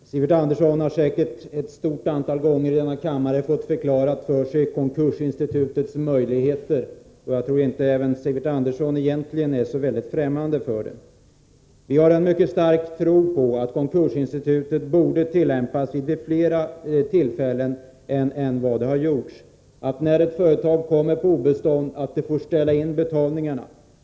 Fru talman! Sivert Andersson har säkert ett stort antal gånger i denna kammare, fått förklarat för sig konkursinstitutets möjligheter. Jag tror inte att Sivert Andersson egentligen är så främmande för det. Vi har en mycket stark tro på att konkursinstitutet borde ha tillämpats vid flera tillfällen än som skett. När ett företag kommer på obestånd borde det få ställa in betalningarna.